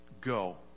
Go